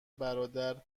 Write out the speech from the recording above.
برادر